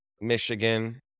Michigan